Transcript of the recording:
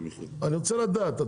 אני רוצה לדעת,